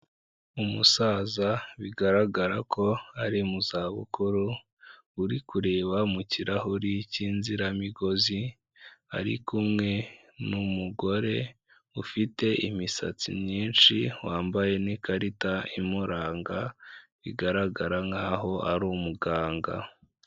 Umusaza bigaragara ko ari mu za bukuru, uri kureba mu kirahuri cy'inziramigozi, ari kumwe n'umugore ufite imisatsi myinshi wambaye n'ikarita imuranga, bigaragara nk'aho ari umuganga.